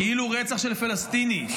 כאילו רצח של פלסטיני,